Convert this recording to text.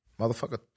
Motherfucker